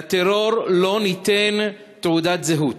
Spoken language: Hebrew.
לטרור לא ניתן תעודת זהות.